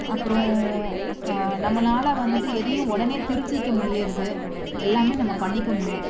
அப்புறம் நம்மளால் வந்துட்டு எதையும் உடனே திருத்திக்க முடிகிறது எல்லாமே நம்ம பண்ணிக்க முடியும்